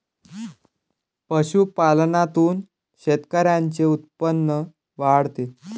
पशुपालनातून शेतकऱ्यांचे उत्पन्न वाढते